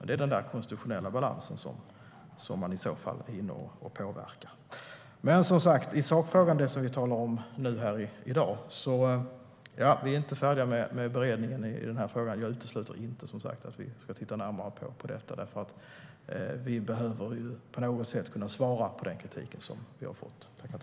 Det är den konstitutionella balansen som man i så fall är inne och påverkar. Men som sagt i sakfrågan, det som vi talar om här i dag: Vi är inte färdiga med beredningen av den här frågan. Jag utesluter inte att vi ska titta närmare på detta. Vi behöver ju på något sätt svara på den kritik som vi har fått.